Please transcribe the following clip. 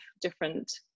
different